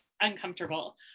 uncomfortable